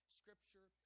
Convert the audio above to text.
scripture